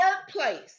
workplace